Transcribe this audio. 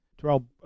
Terrell